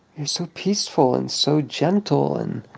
you're so peaceful and so gentle and